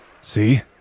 See